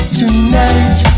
tonight